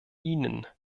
ihnen